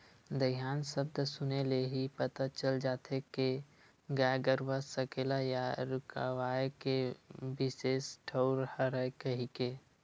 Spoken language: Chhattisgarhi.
दईहान सब्द सुने ले ही पता चल जाथे के गाय गरूवा सकेला या रूकवाए के बिसेस ठउर हरय कहिके